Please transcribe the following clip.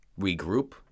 regroup